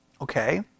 Okay